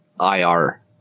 IR